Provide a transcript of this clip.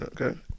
Okay